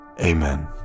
Amen